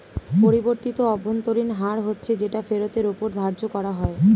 পরিবর্তিত অভ্যন্তরীণ হার হচ্ছে যেটা ফেরতের ওপর ধার্য করা হয়